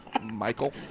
Michael